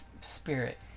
spirit